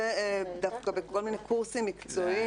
זה דווקא כל מיני קורסים מקצועיים,